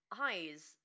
eyes